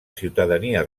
ciutadania